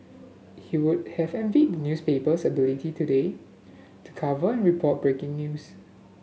he would have envied the newspaper's ability today to cover and report breaking news